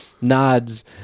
nods